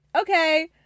okay